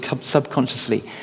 subconsciously